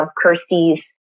kirstie's